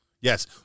Yes